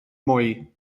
moi